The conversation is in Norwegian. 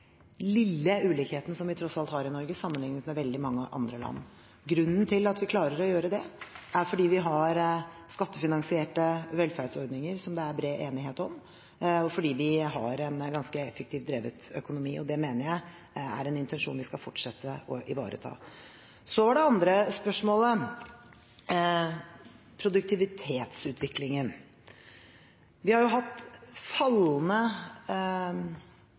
lille ulikheten som vi tross alt har i Norge sammenlignet med veldig mange andre land. Grunnen til at vi klarer å gjøre det, er at vi har skattefinansierte velferdsordninger som det er bred enighet om, og at vi har en ganske effektivt drevet økonomi, og det mener jeg er en intensjon vi skal fortsette å ivareta. Så var det andre spørsmålet produktivitetsutviklingen. Vi har hatt fallende